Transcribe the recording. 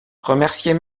remercier